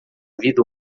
vida